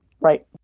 Right